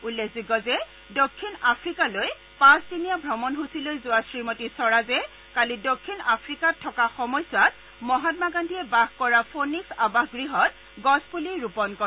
উল্লেখযোগ্য যে দক্ষিণ আফ্ৰিলকালৈ পাঁচ দিনীয়া ভ্ৰমণসূচীলৈ যোৱা শ্ৰীমতী স্বৰাজে কালি দক্ষিণ আফ্ৰিকাত থকা সময়ছোৱাত মহামা গান্ধীয়ে বাস কৰা ফোনিক্স আৱাসগৃহত গছপুলি ৰোপণ কৰে